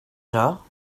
dro